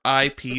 ip